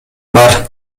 бар